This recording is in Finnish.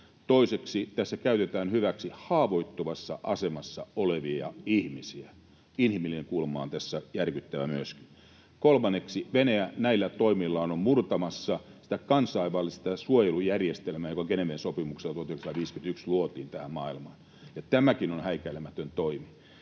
Toiseksi tässä käytetään hyväksi haavoittuvassa asemassa olevia ihmisiä — myöskin inhimillinen kulma on tässä järkyttävä. Kolmanneksi Venäjä näillä toimillaan on murtamassa sitä kansainvälistä suojelujärjestelmää, joka Geneven sopimuksella 1951 luotiin tähän maailmaan, ja tämäkin on häikäilemätön toimi.